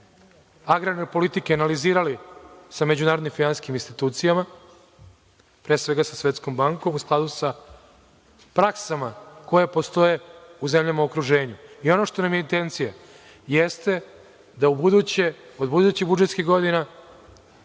agrarne politike analizirali sa međunarodnim finansijskim institucijama, pre svega sa Svetskom bankom, u skladu sa praksama koje postoje u zemljama u okruženju. Ono što nam je intencija jeste da ubuduće od budućih budžetskih godina